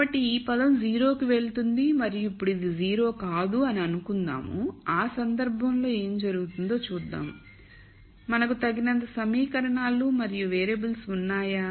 కాబట్టి ఈ పదం 0 కి వెళుతుంది మరియు ఇప్పుడు ఇది 0 కాదు అని అనుకుందాం ఆ సందర్భంలో ఏమి జరుగుతుందో చూద్దాం మనకు తగినంత సమీకరణాలు మరియు వేరియబుల్స్ ఉన్నాయా